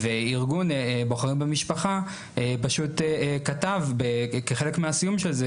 וארגון "בוחרים במשפחה" פשוט כתב כחלק מהסיום של זה